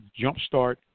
jumpstart